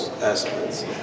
aspects